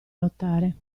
lottare